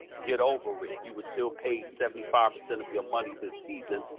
get over it. you were still paid seventy five percent of your money this season,